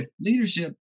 leadership